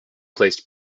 placed